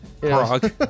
Prague